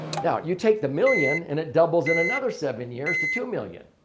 now, you take the million and it doubles in another seven years to two million.